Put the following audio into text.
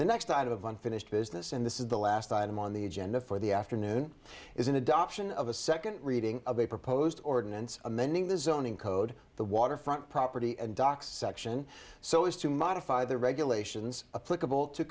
the next item of unfinished business and this is the last item on the agenda for the afternoon is an adoption of a second reading of a proposed ordinance amending the zoning code the waterfront property and docks section so as to modify the regulations